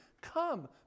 come